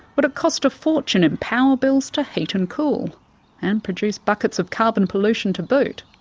would it cost a fortune in power bills to heat and cool and produce buckets of carbon pollution to boot?